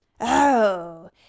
Oh